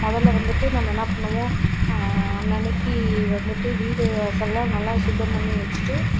முதல்ல வந்துட்டு நம்ம என்ன பண்ணுவோம் அன்னன்னைக்கு வந்துட்டு வீடு வாசலெல்லாம் நல்லா சுத்தம் பண்ணி வச்சிட்டு